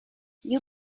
you